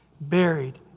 buried